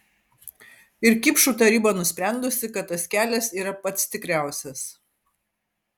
ir kipšų taryba nusprendusi kad tas kelias yra pats tikriausias